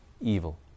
evil